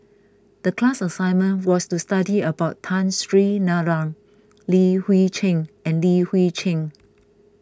the class assignment was to study about Tun Sri Lanang Li Hui Cheng and Li Hui Cheng